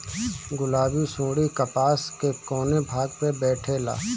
गुलाबी सुंडी कपास के कौने भाग में बैठे ला?